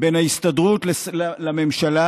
בין ההסתדרות לממשלה